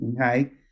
okay